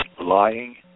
lying